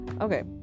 okay